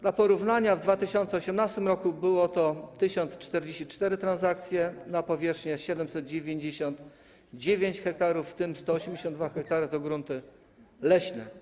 Dla porównania w 2018 r. były to 1044 transakcje dotyczące powierzchni 799 ha, w tym 182 ha to grunty leśne.